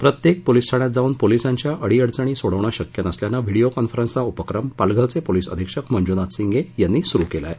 प्रत्येक पोलीस ठाण्यात जाऊन पोलीसांच्या अडीअड्वणी सोडवणं शक्य नसल्यानं व्हिडीओ कॉन्फरन्सचा उपक्रम पालघरचे पोलीस अधीक्षक मंजूनाथ सिंगे यांनी सुरू केला आहे